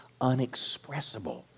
unexpressible